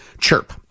chirp